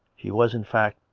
she was, in fact,